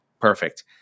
Perfect